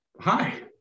Hi